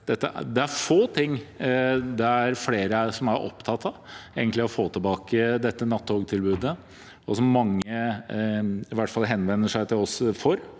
her er mer opptatt av enn å få til bake dette nattogtilbudet, som mange henvender seg til oss om.